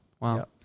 Wow